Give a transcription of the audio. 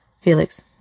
Felix